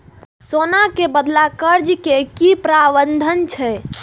सोना के बदला कर्ज के कि प्रावधान छै?